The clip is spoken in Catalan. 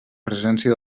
presència